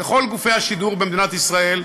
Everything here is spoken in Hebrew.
לכל גופי השידור במדינת ישראל,